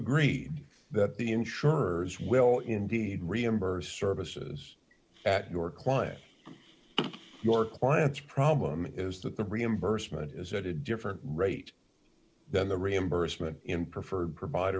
agreed that the insurers will indeed reimburse services your client your clients problem is that the reimbursement is at a different rate than the reimbursement in preferred provide